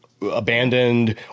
abandoned